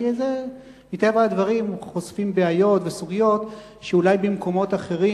כי מטבע הדברים חושפים בעיות וסוגיות שאולי במקומות אחרים,